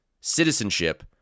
citizenship